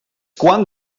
quant